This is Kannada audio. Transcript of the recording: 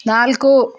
ನಾಲ್ಕು